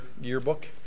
yearbook